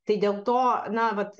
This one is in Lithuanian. tai dėl to na vat